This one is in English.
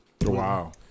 Wow